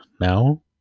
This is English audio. now